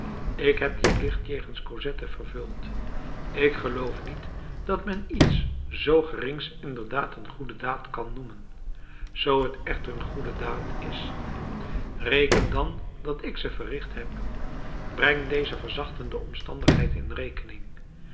ik heb dien plicht jegens cosette vervuld ik geloof niet dat men iets zoo gerings inderdaad een goede daad kan noemen zoo het echter een goede daad is reken dan dat ik ze verricht heb breng deze verzachtende omstandigheid in rekening